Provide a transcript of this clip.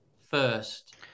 first